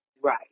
Right